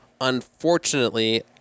Unfortunately